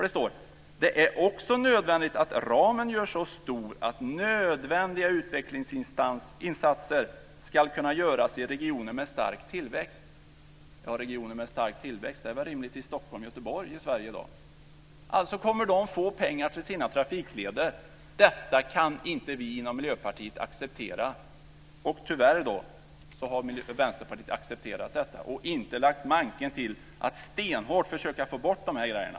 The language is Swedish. Det står: Det är också nödvändigt att ramen görs så stor att nödvändiga utvecklingsinsatser ska kunna göras i regioner med stark tillväxt. Regioner mer stark tillväxt är i Sverige i dag rimligtvis Stockholm och Göteborg. Alltså kommer de att få pengar sina trafikleder. Detta kan inte vi inom Miljöpartiet acceptera. Tyvärr har Vänsterpartiet accepterat detta och inte lagt manken till att stenhårt försöka få bort de grejerna.